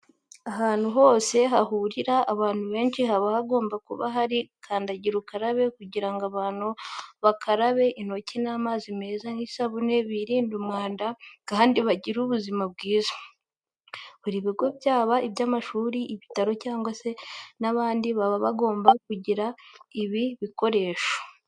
Ahantu hose hahurira abantu benshi haba hagomba kuba hari kandagira ukarabe kugira ngo abantu bakarabe intoki n'amazi meza n'isabune birinde umwanda kandi bagire ubuzima bwiza. Buri bigo byaba iby'amashuri, ibitaro cyangwa se n'ahandi baba bagomba kugira ibi bikoresho.